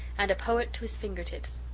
and a poet to his fingertips!